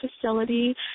facility